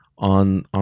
on